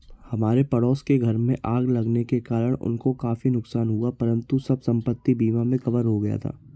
हमारे पड़ोस के घर में आग लगने के कारण उनको काफी नुकसान हुआ परंतु सब संपत्ति बीमा में कवर हो गया था